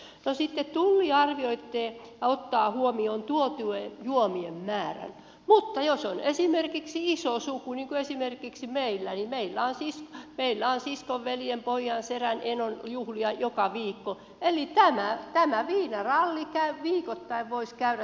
no sitten tulli arvioi ja ottaa huomioon tuotujen juomien määrän mutta jos on esimerkiksi iso suku niin kuin esimerkiksi meillä niin meillä on siskon veljen pojan sedän enon juhlia joka viikko eli tämä viinaralli ja tämä satsi voisivat käydä viikoittain